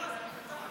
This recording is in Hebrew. זו עמותה.